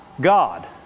God